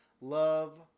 Love